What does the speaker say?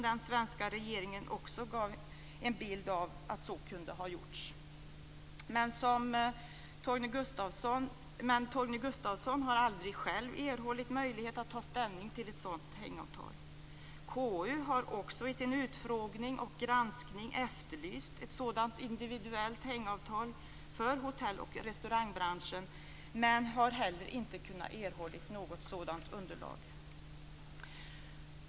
Den svenska regeringen gav en bild av att så kunde ha gjorts. Men Torgny Gustafsson har aldrig själv erhållit någon möjlighet att ta ställning till ett sådant hängavtal. KU har i sin utfrågning och granskning av ärendet efterlyst ett sådant individuellt hängavtal för hotell och restaurangbranschen men har inte heller erhållit något sådant underlag.